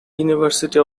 university